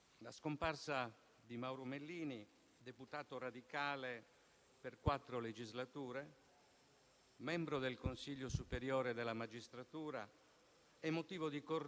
Eletto deputato nel 1979, proprio nella circoscrizione della Sardegna si batté per l'innocenza di Francesco Baldussu,